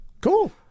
Cool